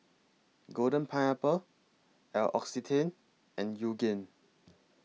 Golden Pineapple L'Occitane and Yoogane